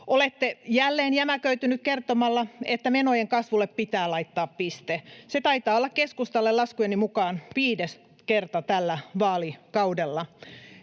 Olette jälleen jämäköitynyt kertomalla, että menojen kasvulle pitää laittaa piste. Se taitaa olla keskustalle laskujeni mukaan viides kerta tällä vaalikaudella.